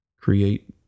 Create